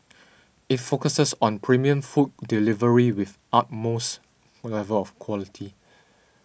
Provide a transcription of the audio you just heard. it focuses on premium food delivery with utmost level of quality